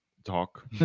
Talk